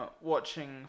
watching